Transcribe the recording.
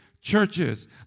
churches